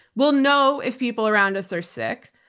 we'll know if people around us are sick.